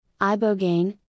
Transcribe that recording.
ibogaine